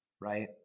right